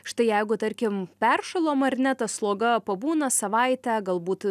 štai jeigu tarkim per šalom ar ne ta sloga pabūna savaitę galbūt